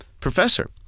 Professor